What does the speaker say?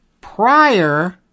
prior